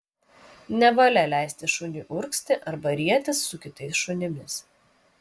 nevalia leisti šuniui urgzti arba rietis su kitais šunimis